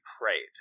prayed